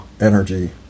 energy